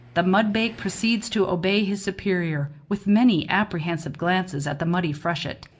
the mudbake proceeds to obey his superior, with many apprehensive glances at the muddy freshet,